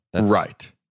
Right